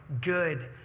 good